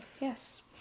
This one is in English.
Yes